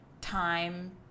time